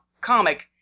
comic